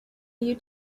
you